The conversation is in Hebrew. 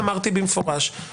הם אמרו שמשאירים את זה בצריך עיון.